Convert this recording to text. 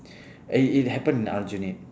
it it happen at aljunied